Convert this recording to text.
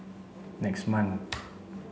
next month